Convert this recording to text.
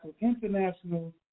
International